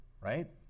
right